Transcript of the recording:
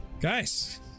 guys